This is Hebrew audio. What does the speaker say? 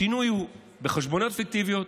השינוי הוא בחשבוניות פיקטיביות,